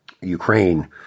Ukraine